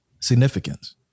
significance